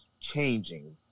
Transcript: Changing